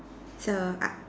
so uh